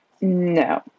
No